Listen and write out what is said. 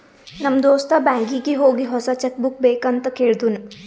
ನಮ್ ದೋಸ್ತ ಬ್ಯಾಂಕೀಗಿ ಹೋಗಿ ಹೊಸಾ ಚೆಕ್ ಬುಕ್ ಬೇಕ್ ಅಂತ್ ಕೇಳ್ದೂನು